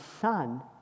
son